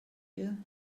you